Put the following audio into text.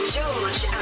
George